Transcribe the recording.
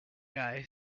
guy